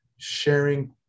sharing